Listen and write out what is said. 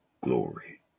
glory